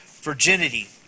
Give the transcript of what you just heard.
virginity